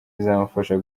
bizamufasha